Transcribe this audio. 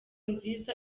nziza